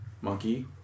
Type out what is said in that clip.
monkey